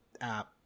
app